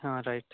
हाँ राइट